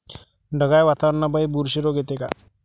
ढगाळ वातावरनापाई बुरशी रोग येते का?